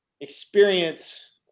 experience